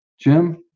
Jim